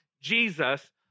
Jesus